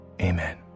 Amen